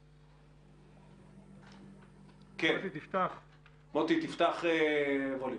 מוטי, תפתח את הווליום.